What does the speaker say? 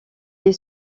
est